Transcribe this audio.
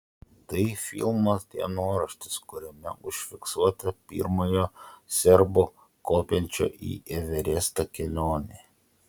tai filmas dienoraštis kuriame užfiksuota pirmojo serbo kopiančio į everestą kelionė